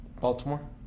Baltimore